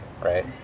right